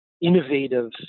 innovative